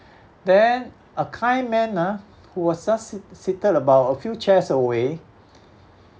then a kind man ah who was just s~ seated about a few chairs away